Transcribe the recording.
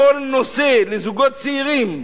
בכל נושא שנשאל אותם,